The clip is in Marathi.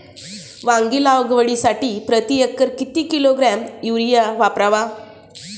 वांगी लागवडीसाठी प्रती एकर किती किलोग्रॅम युरिया वापरावा?